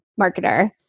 marketer